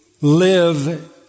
live